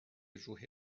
روح